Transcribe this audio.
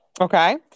okay